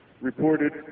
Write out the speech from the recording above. reported